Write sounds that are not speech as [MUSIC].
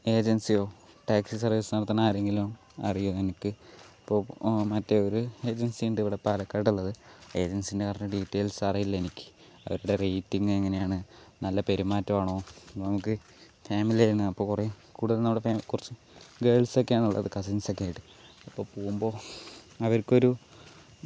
ഏജൻസിയോ taxi service നടത്തണ ആരെങ്കിലും അറിയോ നിനക്ക് ഇപ്പോൾ മറ്റേ ഒരു ഏജൻസി ഉണ്ട് ഇവിടെ പാലക്കാട് ഉള്ളത് ഏജൻസിൻ്റെ [UNINTELLIGIBLE] ഡീറ്റെയിൽസ് അറിയില്ല എനിക്ക് അവരുടെ റേറ്റിംഗ് എങ്ങനെയാണ് നല്ല പെരുമാറ്റമാണോ നമുക്ക് ഫേമിലിയാണ് അപ്പോ ൾ പറയും കൂടെ ഉള്ള കുറച്ച് ഗേൾസൊക്കെയാണ് ഉള്ളത് കസിൻസൊക്കെ ആയിട്ട് അപ്പോൾ പോകുമ്പോൾ അവർക്ക് ഒരു